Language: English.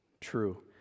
true